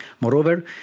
Moreover